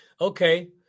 Okay